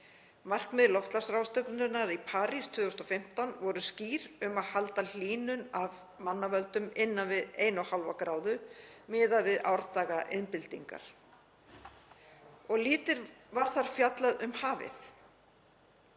Markmið loftslagsráðstefnunnar í París 2015 voru skýr um að halda hlýnun af mannavöldum innan við 1,5 gráður miðað við árdaga iðnbyltingar. Of lítið var þar fjallað um hafið.